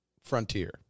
frontier